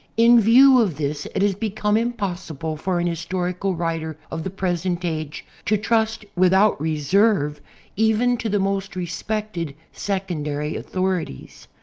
in view of this it has become impossible for an historical writer of the present age to trust without reserve even to the most respected secondary authorities.